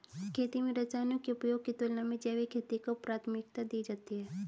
खेती में रसायनों के उपयोग की तुलना में जैविक खेती को प्राथमिकता दी जाती है